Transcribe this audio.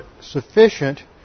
Sufficient